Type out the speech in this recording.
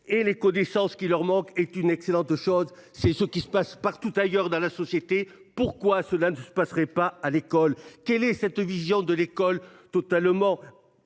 et les connaissances qui leur manquent est une excellente chose. C’est ce qui se passe partout ailleurs dans la société. Pourquoi cela serait il différent à l’école ? Quelle est cette vision totalement